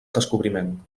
descobriment